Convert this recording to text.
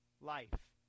life